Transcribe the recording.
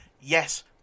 Yes